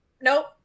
nope